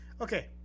Okay